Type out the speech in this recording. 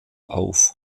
auf